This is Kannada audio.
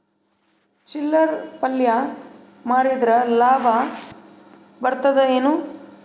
ಚಿಲ್ಲರ್ ಪಲ್ಯ ಮಾರಿದ್ರ ಲಾಭ ಬರತದ ಏನು?